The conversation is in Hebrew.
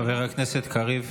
חבר הכנסת קריב,